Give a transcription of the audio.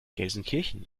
gelsenkirchen